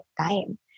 time